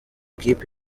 kipe